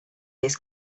jest